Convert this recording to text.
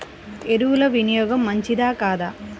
ఎరువుల వినియోగం మంచిదా కాదా?